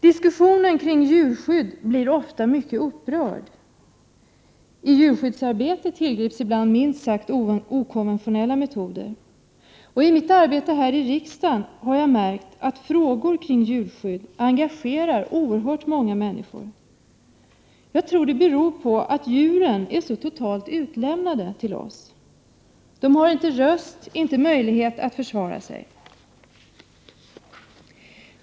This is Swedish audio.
Diskussionen kring djurskydd blir ofta mycket upprörd. I djurskyddsarbetet tillgrips ibland minst sagt okonventionella metoder. I mitt arbete här i riksdagen har jag märkt att frågor kring djurskydd engagerar oerhört många människor. Jag tror det beror på att djuren är så totalt utlämnade till oss. De har inte röst, inte möjlighet att försvara sig.